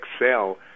excel